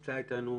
נמצא אתנו